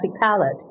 palette